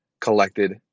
collected